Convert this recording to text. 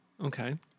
Okay